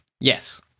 Yes